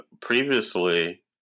previously